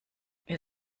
ihr